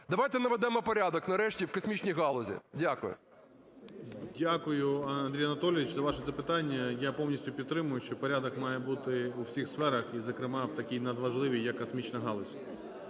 Давайте наведемо порядок нарешті в космічній галузі. Дякую. 10:50:41 ГРОЙСМАН В.Б. Дякую, Андрій Анатолійович, за ваше запитання. Я повністю підтримую, що порядок має бути у всіх сферах і, зокрема, в такій надважливій як космічна галузь.